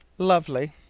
lovely!